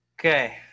Okay